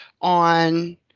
on